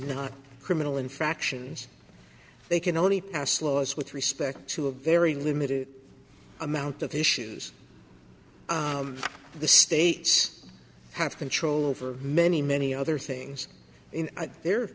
not criminal infractions they can only pass laws with respect to a very limited amount of issues the states have control over many many other things in their